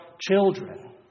children